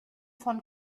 von